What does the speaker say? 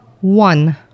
One